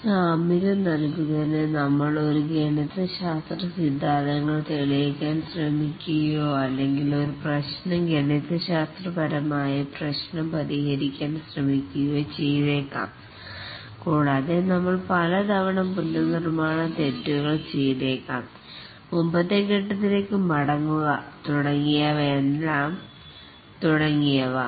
ഒരു സാമ്യത നൽകുന്നതിന് നമ്മൾ ഒരു ഗണിത ശാസ്ത്ര സിദ്ധാന്തങ്ങൾ തെളിയിക്കാൻ ശ്രമിച്ചുകുകയോ അല്ലെങ്കിൽ ഒരു പ്രശ്നം ഗണിതശാസ്ത്രപരമായ പ്രശ്നം പരിഹരിക്കാൻ ശ്രമിക്കുകയോ ചെയ്തേക്കാം കൂടാതെ നമ്മൾ പലതവണ പുനർനിർമ്മാണ തെറ്റുകൾ ചെയ്തേക്കാം മുമ്പത്തെ ഫേസ് ത്തിലേക്ക് മടങ്ങുക തുടങ്ങിയവ